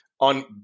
on